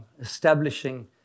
establishing